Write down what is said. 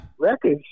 Records